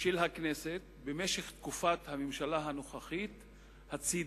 של הכנסת במשך תקופת הממשלה הנוכחית הצדה,